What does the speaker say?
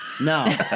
No